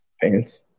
fans